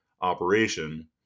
operation